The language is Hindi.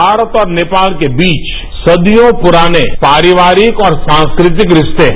भारत और नेपाल के बीच सदियों पुराने पारिवारिक और सांस्कृतिक रिश्ते हैं